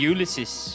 Ulysses